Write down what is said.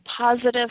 positive